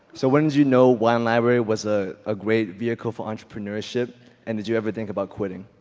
so when did you know wine library was a ah great vehicle for entrepreneurship and did you ever think about quitting?